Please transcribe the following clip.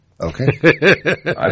Okay